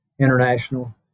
international